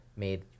made